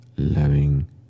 Loving